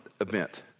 event